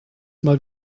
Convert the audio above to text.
mal